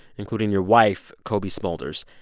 including your wife, cobie smulders,